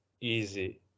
easy